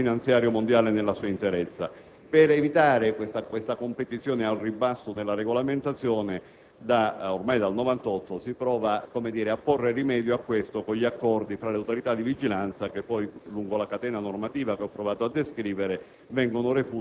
del sistema finanziario mondiale nella sua interezza. Per evitare questa competizione al ribasso nella regolamentazione, ormai dal 1998, si prova a porre rimedio a questo con gli accordi tra le Autorità di vigilanza che poi, lungo la catena normativa che ho provato a descrivere,